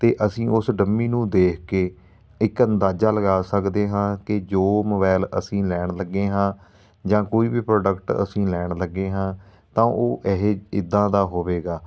ਅਤੇ ਅਸੀਂ ਉਸ ਡੰਮੀ ਨੂੰ ਦੇਖ ਕੇ ਇੱਕ ਅੰਦਾਜ਼ਾ ਲਗਾ ਸਕਦੇ ਹਾਂ ਕਿ ਜੋ ਮੋਬਾਇਲ ਅਸੀਂ ਲੈਣ ਲੱਗੇ ਹਾਂ ਜਾਂ ਕੋਈ ਵੀ ਪ੍ਰੋਡਕਟ ਅਸੀਂ ਲੈਣ ਲੱਗੇ ਹਾਂ ਤਾਂ ਉਹ ਇਹ ਇੱਦਾਂ ਦਾ ਹੋਵੇਗਾ